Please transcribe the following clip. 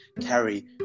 carry